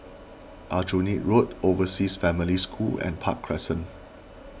Aljunied Road Overseas Family School and Park Crescent